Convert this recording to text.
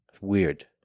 Weird